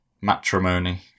matrimony